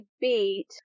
beat